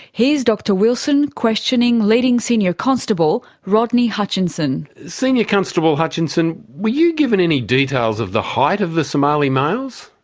here's dr wilson questioning leading senior constable rodney hutchinson. senior constable hutchinson, were you given any details of the height of the somali males?